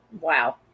Wow